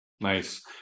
Nice